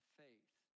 faith